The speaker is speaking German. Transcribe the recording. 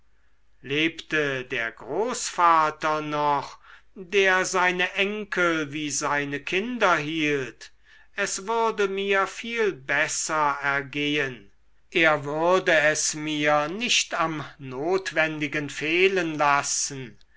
lebte der großvater noch der seine enkel wie seine kinder hielt es würde mir viel besser ergehen er würde es mir nicht am notwendigen fehlen lassen